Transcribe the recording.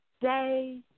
day